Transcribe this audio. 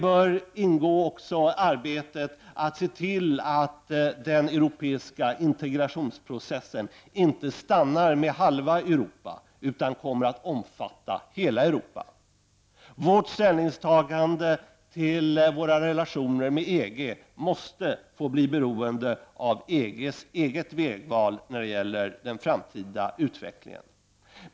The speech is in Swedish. Även arbetet att se till att den europeiska integrationsprocessen inte stannar vid halva Europa utan kommer att omfatta hela Europa. Vårt ställningstagande till Sveriges relationer med EG måste få bli beroende av EGs eget vägval när det gäller den framtida utvecklingen.